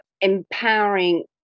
empowering